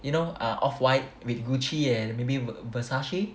you know ah Off-white with Gucci and maybe Versace